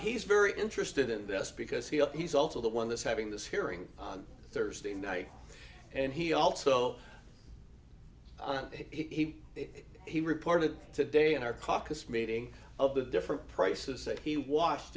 he's very interested in this because he up he's also the one that's having this hearing on thursday night and he also he he reported today in our caucus meeting of the different prices that he watched